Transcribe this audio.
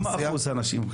כמה אחוז נשים?